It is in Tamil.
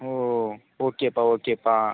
ஓஓ ஓகேப்பா ஓகேப்பா